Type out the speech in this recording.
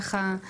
ככה,